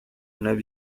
nueva